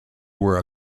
were